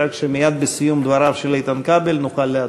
כך שמייד בסיום דבריו של איתן כבל נוכל להצביע.